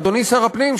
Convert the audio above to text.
אדוני שר הפנים,